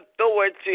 authority